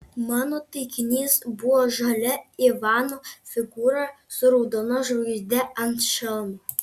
mano taikinys buvo žalia ivano figūra su raudona žvaigžde ant šalmo